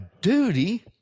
duty